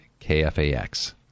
KFAX